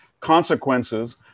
consequences